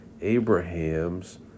Abraham's